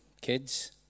kids